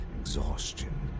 exhaustion